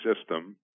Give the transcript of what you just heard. system